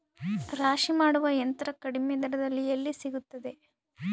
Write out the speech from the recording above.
ರಾಶಿ ಮಾಡುವ ಯಂತ್ರ ಕಡಿಮೆ ದರದಲ್ಲಿ ಎಲ್ಲಿ ಸಿಗುತ್ತದೆ?